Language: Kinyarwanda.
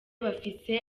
bafise